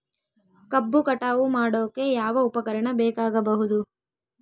ಕಬ್ಬು ಕಟಾವು ಮಾಡೋಕೆ ಯಾವ ಉಪಕರಣ ಬೇಕಾಗಬಹುದು?